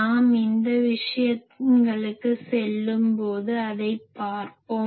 நாம் அந்த விஷயங்களுக்குச் செல்லும்போது அதைப் பார்ப்போம்